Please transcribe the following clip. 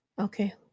Okay